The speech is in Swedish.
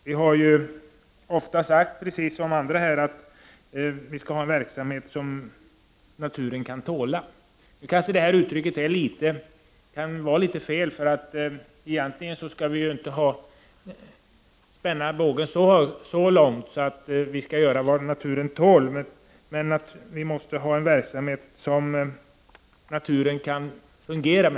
Vi har ofta sagt att vi skall ha en verksamhet som naturen kan tåla. Det uttrycket kan kanske vara litet felaktigt. Egentligen skall vi ju inte spänna bågen så högt att vi går så långt som naturen tål, vi måste ha en verksamhet så att naturen kan fungera.